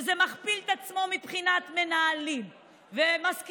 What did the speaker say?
וזה מכפיל את עצמו מבחינת מנהלים ומזכירות.